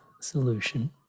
solution